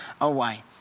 away